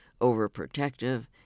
overprotective